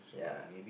ya